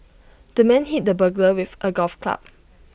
the man hit the burglar with A golf club